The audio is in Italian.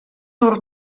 tour